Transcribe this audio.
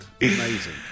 Amazing